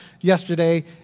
yesterday